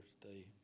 today